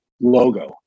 logo